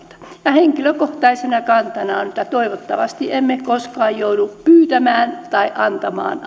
ja henkilökohtaisena kantana on että toivottavasti emme koskaan joudu pyytämään tai antamaan